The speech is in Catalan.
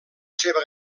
seva